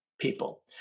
people